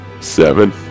Seven